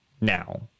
now